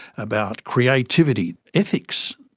about creativity, ethics.